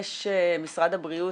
משרד הבריאות,